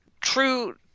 true